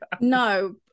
No